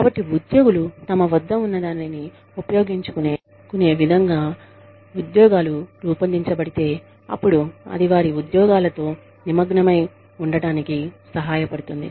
కాబట్టి ఉద్యోగులు తమ వద్ద ఉన్నదానిని ఉపయోగించుకునే విధంగా ఉద్యోగాలు రూపొందించబడితే అప్పుడు అది వారి ఉద్యోగాలతో నిమగ్నమై ఉండటానికి సహాయపడుతుంది